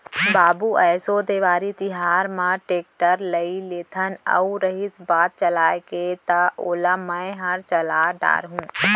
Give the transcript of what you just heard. बाबू एसो देवारी तिहार म टेक्टर लेइ लेथन अउ रहिस बात चलाय के त ओला मैंहर चला डार हूँ